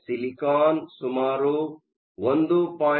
silicon ಸುಮಾರು 1